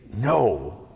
no